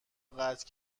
قطع